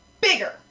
bigger